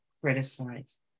criticize